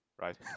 Right